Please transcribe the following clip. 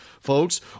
folks